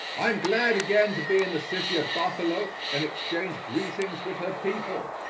i am glad again to be in the city of buffalo and exchange greetings with her people,